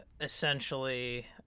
essentially